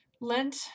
Lent